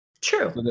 True